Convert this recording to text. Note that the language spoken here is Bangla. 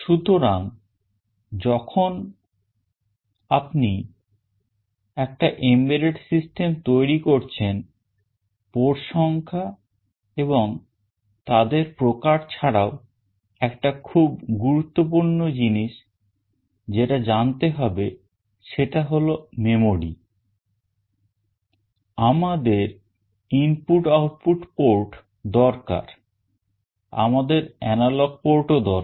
সুতরাং যখন আপনি একটা embedded system তৈরি করছেন port সংখ্যা এবং তাদের প্রকার ছাড়াও একটা খুব গুরুত্বপূর্ণ জিনিস যেটা জানতে হবে সেটা হল memory আমাদের ইনপুট আউটপুট port দরকার আমাদের এনালগ port ও দরকার